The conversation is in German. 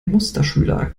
musterschüler